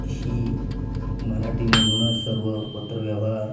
ही मराठीमधूनच सर्व पत्रव्यवहार